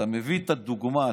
אתה מביא את הדוגמה,